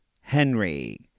Henry